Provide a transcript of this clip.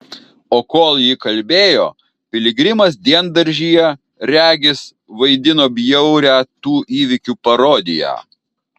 o kol ji kalbėjo piligrimas diendaržyje regis vaidino bjaurią tų įvykių parodiją